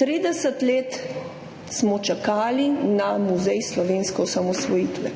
30 let smo čakali na muzej slovenske osamosvojitve.